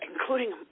including